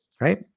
right